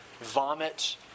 vomit